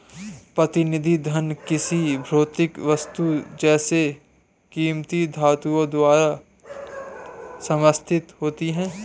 प्रतिनिधि धन किसी भौतिक वस्तु जैसे कीमती धातुओं द्वारा समर्थित होती है